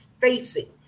facing